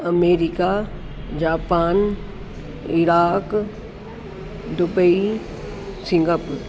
America Japan Iraq Dubai Singapore